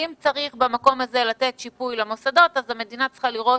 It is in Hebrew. אם צריך במקום הזה צריך לתת שיפוי למוסדות אז המדינה צריכה לראות